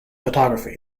photography